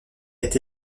est